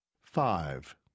Five